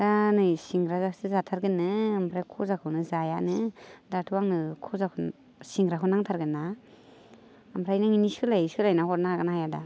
दा नै सिंग्रासो जाथारगोननो ओमफ्राय गजाखौनो जायानो दाथ' आंनो गजाखौ सिंग्राखौनो नांथारगोन ना ओमफ्राय नों बिनि सोलायै सोलायना हरनो हागोन ना हाया